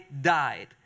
died